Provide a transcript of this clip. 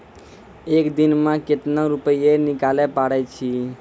एक दिन मे केतना रुपैया निकाले पारै छी?